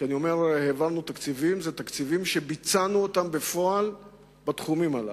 כשאני אומר "העברנו תקציבים" אלו תקציבים שביצענו בפועל בתחומים הללו.